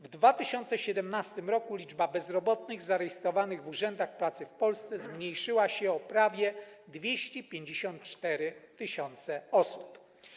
W 2017 r. liczba bezrobotnych zarejestrowanych w urzędach pracy w Polsce zmniejszyła się o prawie 254 tys. osób.